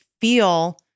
feel